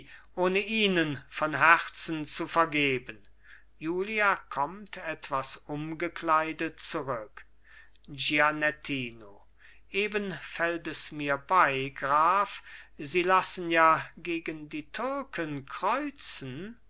ohne ihnen von herzen zu vergeben julia kommt etwas umgekleidet zurück gianettino eben fällt es mir bei graf sie lassen ja gegen die türken kreuzen